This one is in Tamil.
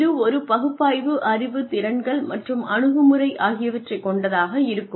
இது ஒரு பகுப்பாய்வு அறிவுத் திறன்கள் மற்றும் அணுகுமுறை ஆகியவற்றைக் கொண்டதாக இருக்கும்